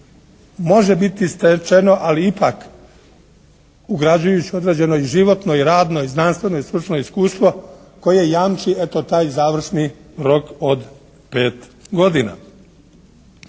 može biti stečeno, ali ipak ugrađujući i određeno životno i radno i znanstveno i stručno iskustvo koje jamči eto, taj završni rok od pet godina.